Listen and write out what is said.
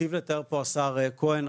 היטיב לתאר פה השר כהן,